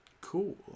Cool